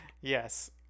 yes